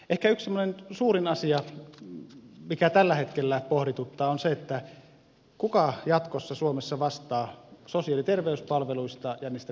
ehkä yksi semmoinen suurin asia mikä tällä hetkellä pohdituttaa on se kuka jatkossa suomessa vastaa sosiaali ja terveyspalveluista ja niistä kustannuksista